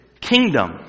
kingdom